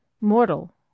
mortal